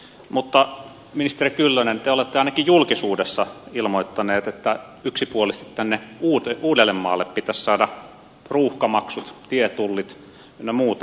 mutta ministeri kyllönen te olette ainakin julkisuudessa ilmoittanut että yksipuolisesti tänne uudellemaalle pitäisi saada ruuhkamaksut tietullit ynnä muuta